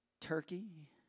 turkey